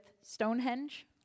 Stonehenge